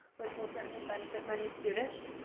which will certainly benefit many students.